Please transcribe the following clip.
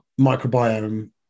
microbiome